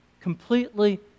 completely